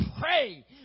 pray